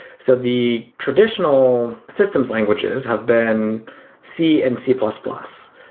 so the traditional systems languages have been c and c plus plus.